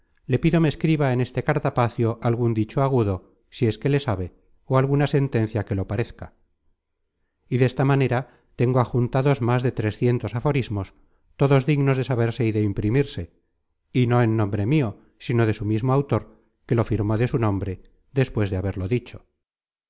le pido me escriba en este cartapacio algun dicho agudo si es que le sabe ó alguna sentencia que lo parezca y desta manera tengo ajuntados más de trescientos aforismos todos dignos de saberse y de imprimirse y no en nombre mio sino de su mismo autor que lo firmó de su nombre despues de haberlo dicho